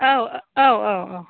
औ औ औ औ